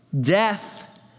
death